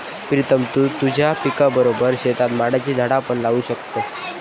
प्रीतम तु तुझ्या पिकाबरोबर शेतात माडाची झाडा पण लावू शकतस